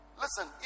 listen